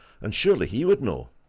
and surely he would know!